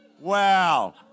Wow